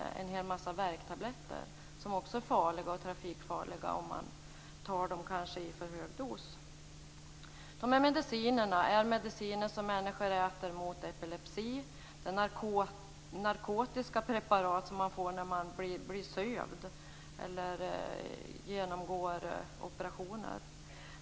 Det gäller en hel massa värktabletter, som också är trafikfarliga om man tar dem i för hög dos. Det är mediciner som människor äter mot epilepsi. Det är narkotiska preparat som man får när man blir sövd eller genomgår operationer.